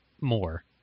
more